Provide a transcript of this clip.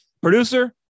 Producer